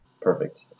Perfect